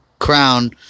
Crown